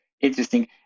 interesting